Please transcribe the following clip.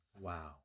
Wow